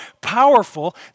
powerful